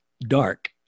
dark